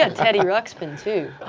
ah teddy ruxpin too.